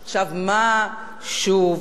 עכשיו, מה, שוב,